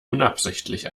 unabsichtlich